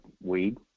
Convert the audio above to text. weed